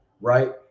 right